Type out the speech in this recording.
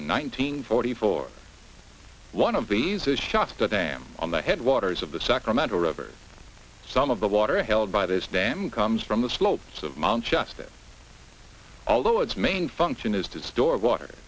in nineteen forty four one of these is just a dam on the headwaters of the sacramento river some of the water held by this dam comes from the slopes of mount justice although its main function is to store water